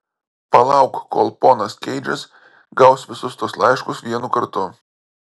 palauk kol ponas keidžas gaus visus tuos laiškus vienu kartu